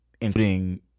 including